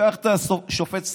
לקחת את השופט סטרשנוב,